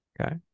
Okay